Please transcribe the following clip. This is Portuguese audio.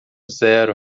zero